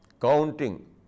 Counting